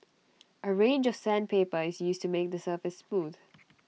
A range of sandpaper is used to make the surface smooth